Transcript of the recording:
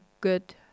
good